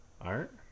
art